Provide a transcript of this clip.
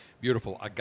beautiful